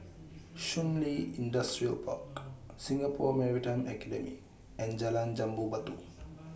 Shun Li Industrial Park Singapore Maritime Academy and Jalan Jambu Batu